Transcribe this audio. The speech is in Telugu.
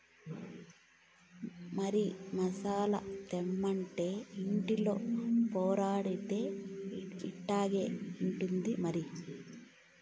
మరి మసాలా తెమ్మంటే ఇంటిలో పొర్లాడితే ఇట్టాగే ఉంటాది మరి